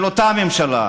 של אותה ממשלה,